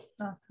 Awesome